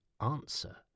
answer